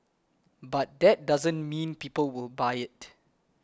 but that doesn't mean people will buy it